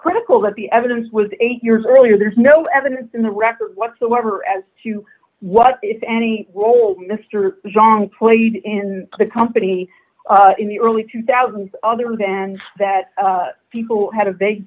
critical that the evidence was eight years earlier there's no evidence in the record whatsoever as to what if any role mr young played in the company in the early two thousand other than that people had a